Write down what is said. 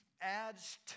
adds